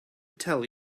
tell